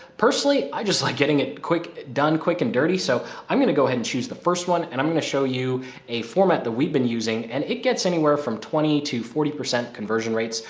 personally, i just like getting it quick done quick and dirty. so i'm gonna go ahead and choose the first one and i'm gonna show you a format that we've been using. and it gets anywhere from twenty percent to forty percent conversion rates.